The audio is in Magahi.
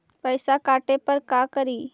पैसा काटे पर का करि?